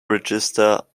register